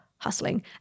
hustling